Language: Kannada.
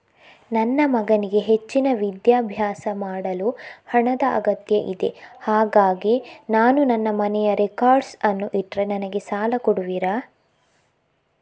ನನ್ನ ಮಗನಿಗೆ ಹೆಚ್ಚಿನ ವಿದ್ಯಾಭ್ಯಾಸ ಮಾಡಲು ಹಣದ ಅಗತ್ಯ ಇದೆ ಹಾಗಾಗಿ ನಾನು ನನ್ನ ಮನೆಯ ರೆಕಾರ್ಡ್ಸ್ ಅನ್ನು ಇಟ್ರೆ ನನಗೆ ಸಾಲ ಕೊಡುವಿರಾ?